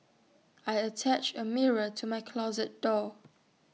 I attached A mirror to my closet door